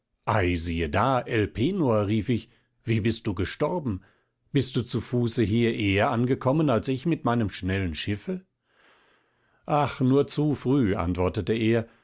da elpenor rief ich wie bist du gestorben bist du zu fuße hier eher angekommen als ich mit meinem schnellen schiffe ach nur zu früh antwortete er